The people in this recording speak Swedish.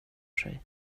sig